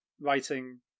writing